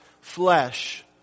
flesh